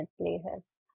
places